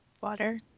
water